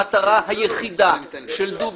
המטרה היחידה של דובר